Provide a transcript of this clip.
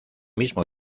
mismo